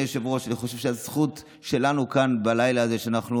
השלמה של תיקון חוק-יסוד שאחד מהמרכיבים